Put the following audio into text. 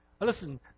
Listen